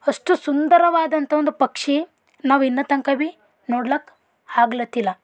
ಅಷ್ಟು ಸುಂದರವಾದಂಥ ಒಂದು ಪಕ್ಷಿ ನಾವು ಇನ್ನೂ ತನಕ ಭೀ ನೋಡ್ಲಕ್ಕ ಆಗ್ಲತಿಲ್ಲ